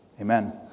amen